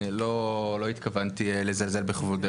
אני לא התכוונתי לזלזל בכבודך,